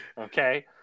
Okay